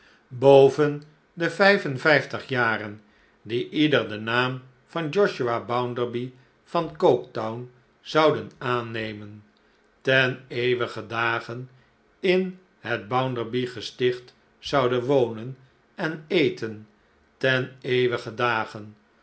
boven de vijf en vijftig jaren die ieder den naam van josiah bounderby van coketown zouden aannemen ten eeuwigen dage in het bounderbygesticht zouden wonen en eten ten eeuwigen dage